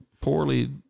poorly